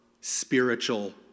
spiritual